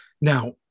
now